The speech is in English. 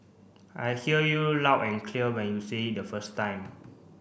I hear you loud and clear when you say it the first time